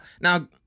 now